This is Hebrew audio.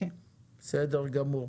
בסדר גמור.